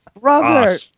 brother